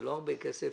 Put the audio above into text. זה לא הרבה כסף